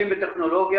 חברי,